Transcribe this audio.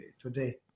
today